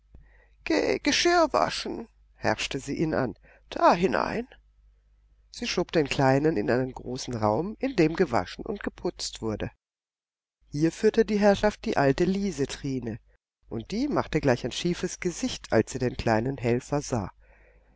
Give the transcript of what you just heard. geschirr waschen herrschte sie ihn an da hinein sie schob den kleinen in einen großen raum in dem gewaschen und geputzt wurde hier führte die herrschaft die alte liesetrine und die machte gleich ein schiefes gesicht als sie den kleinen helfer sah